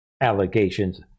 allegations